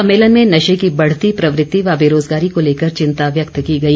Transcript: सम्मेलन में नशे की बढ़ती प्रवृत्ति व बेरोजगारी को लेकर चिंता व्यक्त की गई